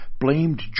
blamed